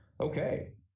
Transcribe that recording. Okay